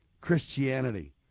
Christianity